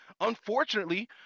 Unfortunately